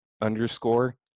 underscore